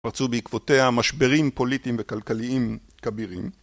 פרצו בעקבותיה משברים פוליטיים וכלכליים כבירים.